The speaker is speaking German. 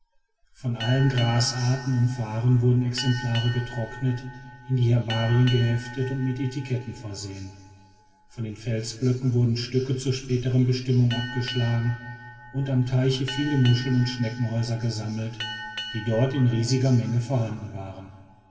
von allen grasarten und farren wurden exemplare getrocknet in die herbarien geheftet und mit etiketten versehen von den felsblöcken wurden stücke zur späteren bestimmung abgeschlagen und am teiche viele muscheln und schneckenhäuser gesammelt dir dort in riesiger menge vorhanden waren